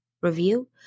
review